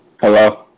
hello